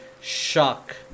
shock